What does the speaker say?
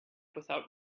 without